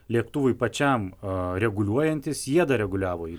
lėktuvui pačiam reguliuojantis jie dar reguliavo jį